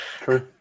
True